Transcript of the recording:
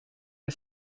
the